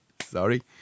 Sorry